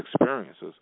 experiences